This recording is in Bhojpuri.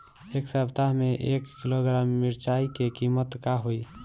एह सप्ताह मे एक किलोग्राम मिरचाई के किमत का होई?